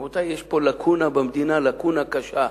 רבותי, יש פה לקונה במדינה, לקונה קשה.